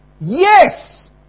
Yes